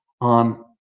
on